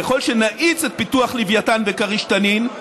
ככל שנאיץ את פיתוח לווייתן וכריש-תנין,